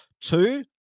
two